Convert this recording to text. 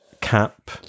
cap